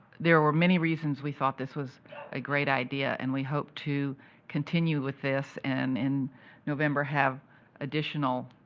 there were many reasons we thought this was a great idea, and we hope to continue with this, and in november, have additional